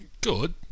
good